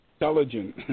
intelligent